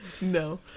no